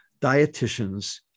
dietitians